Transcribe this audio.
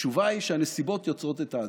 התשובה היא שהנסיבות יוצרות את האדם.